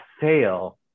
fail